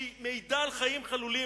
שמעידה על חיים חלולים,